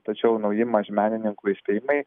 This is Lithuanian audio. tačiau nauji mažmenininkų įspėjimai